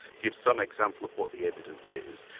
give some example of what the evidence is,